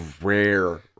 rare